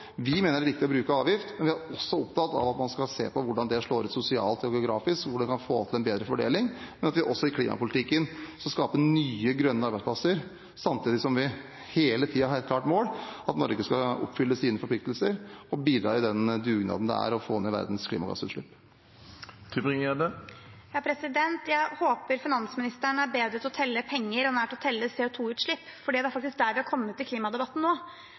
er viktig å bruke avgifter, men vi er også opptatt av at man skal se på hvordan det slår ut sosialt og geografisk, hvordan man kan få til en bedre fordeling, og at vi i klimapolitikken også skal skape nye, grønne arbeidsplasser, samtidig som vi hele tiden har et klart mål om at Norge skal oppfylle sine forpliktelser og bidra i den dugnaden det er å få ned verdens klimagassutslipp. Jeg håper finansministeren er bedre til å telle penger enn han er til å telle CO 2 -utslipp, for det er faktisk dit vi har kommet i klimadebatten nå.